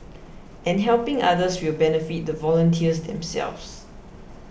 and helping others will benefit the volunteers themselves